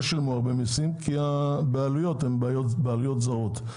לא שילמו הרבה מיסים כי הבעלויות הן בעלויות זרות.